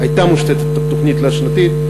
הייתה מושתת תוכנית תלת-שנתית,